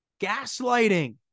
gaslighting